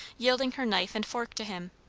yielding her knife and fork to him.